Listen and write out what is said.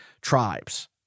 tribes